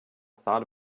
thought